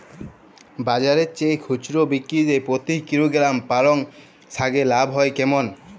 বাজারের চেয়ে খুচরো বিক্রিতে প্রতি কিলোগ্রাম পালং শাকে লাভ কেমন হয়?